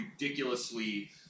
ridiculously